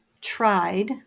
tried